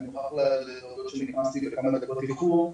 אני מוכרח להודות שנכנסתי בכמה דקות איחור,